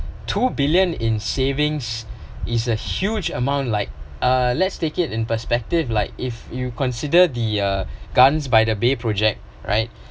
two billion in savings is a huge amount like uh let's take it in perspective like if you consider the uh gardens by the bay project right